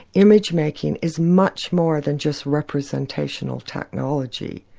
image-making is much more than just representational technology.